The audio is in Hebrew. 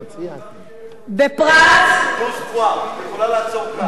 קיבלתי טלפון, דוז פואה, את יכולה לעצור כאן.